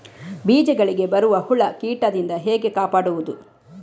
ಬೀಜಗಳಿಗೆ ಬರುವ ಹುಳ, ಕೀಟದಿಂದ ಹೇಗೆ ಕಾಪಾಡುವುದು?